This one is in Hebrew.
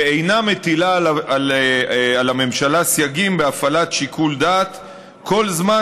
ואינה מטילה על הממשלה סייגים בהפעלת שיקול דעת כל זמן